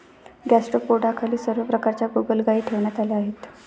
गॅस्ट्रोपोडाखाली सर्व प्रकारच्या गोगलगायी ठेवण्यात आल्या आहेत